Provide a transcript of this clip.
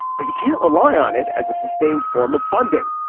but you can't rely on it as a sustained form of funding.